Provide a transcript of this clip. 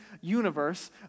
universe